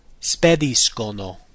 spediscono